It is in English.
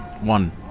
one